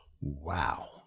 wow